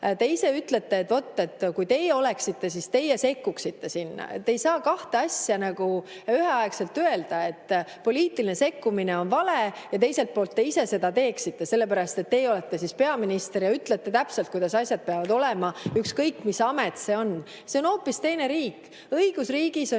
te ise ütlete, et vot, et kui teie oleksite, siis teie sekkuksite sinna. Te ei saa kahte asja üheaegselt öelda: [ühelt poolt] poliitiline sekkumine on vale ja teiselt poolt te ise teeksite, sellepärast et teie oleksite siis peaminister ja ütleksite täpselt, kuidas asjad peavad olema, ükskõik, mis amet see on. See on hoopis teine riik. Õigusriigis on